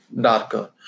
darker